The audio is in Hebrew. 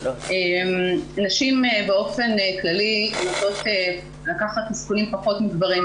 נשים באופן כללי נוטות לקחת סיכונים פחות מגברים,